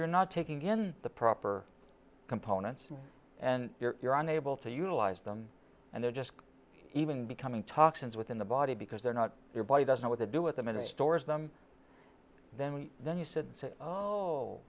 you're not taking in the proper components and you're unable to utilize them and they're just even becoming toxins within the body because they're not your body doesn't know what to do with them in the stores them then then you s